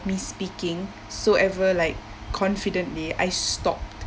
me speaking so ever like confidently I stopped